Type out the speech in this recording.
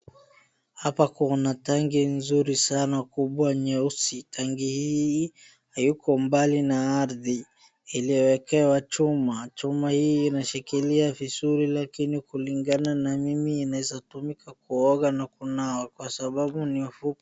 Hapa kuna tangi nzuri sana kubwa sana nyeusi. Tangi hii haiyuko mbali na ardhi. Iliwekewa chuma, chuma hii inashikilia vizuri lakini kulingana mimi inaeza kutumika kunawa na kuoga kwa sababuni mfupi.